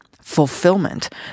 Fulfillment